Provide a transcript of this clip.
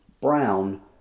Brown